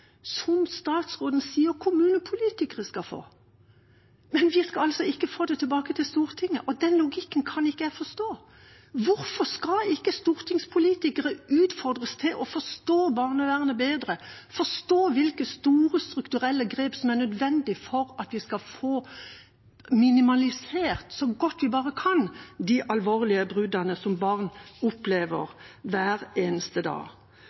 som statsråden sier kommunepolitikere skal få. Men vi skal altså ikke få det tilbake til Stortinget, og den logikken kan ikke jeg forstå. Hvorfor skal ikke stortingspolitikere utfordres til å forstå barnevernet bedre, forstå hvilke store strukturelle grep som er nødvendige for at vi skal få minimalisert – så godt vi bare kan – de alvorlige bruddene som barn opplever hver eneste dag,